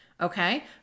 okay